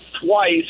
twice